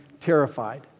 terrified